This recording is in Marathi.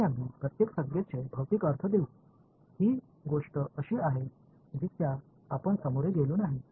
आणि आम्ही प्रत्येक संज्ञेचे भौतिक अर्थ देऊ ही गोष्ट अशी आहे जिच्या आपण सामोरे गेलो नाही